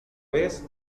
vez